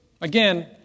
again